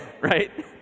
right